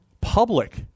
public